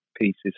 pieces